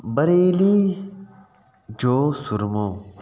बरेली जो सुरमो